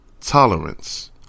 Tolerance